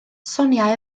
soniai